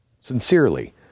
Sincerely